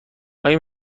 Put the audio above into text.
آیا